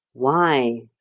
why?